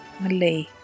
Malay